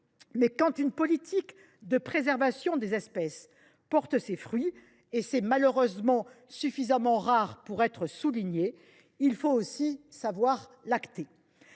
Quand une politique de préservation des espèces porte ainsi ses fruits – c’est malheureusement suffisamment rare pour être souligné –, il faut aussi savoir l’acter.